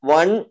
one